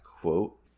quote